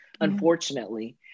unfortunately